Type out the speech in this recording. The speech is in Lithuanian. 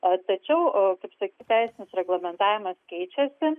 a tačiau e kaip sakyt teisinis reglamentavimas keičiasi